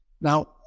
Now